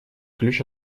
ключ